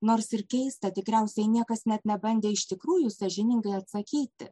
nors ir keista tikriausiai niekas net nebandė iš tikrųjų sąžiningai atsakyti